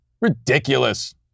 Ridiculous